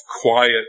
quiet